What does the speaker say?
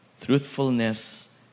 truthfulness